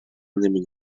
نمی